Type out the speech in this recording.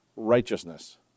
righteousness